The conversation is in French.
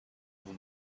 vous